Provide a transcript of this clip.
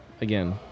again